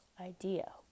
idea